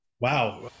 Wow